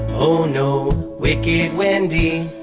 oh no, wicked wendy.